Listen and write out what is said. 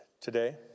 today